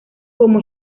como